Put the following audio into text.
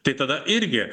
tai tada irgi